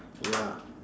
ya